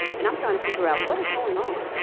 and i'm trying to figure out what is going on,